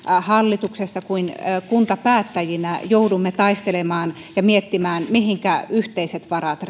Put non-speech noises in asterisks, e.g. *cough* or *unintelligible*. hallituksessa ja kuntapäättäjinä ja joudumme taistelemaan ja miettimään mihinkä yhteiset varat *unintelligible*